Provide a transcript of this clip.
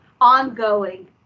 ongoing